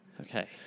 Okay